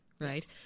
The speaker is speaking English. right